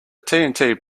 tnt